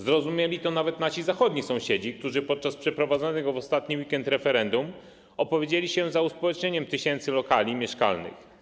Zrozumieli to nawet nasi zachodni sąsiedzi, którzy podczas przeprowadzonego w ostatni weekend referendum opowiedzieli się za uspołecznieniem tysięcy lokali mieszkalnych.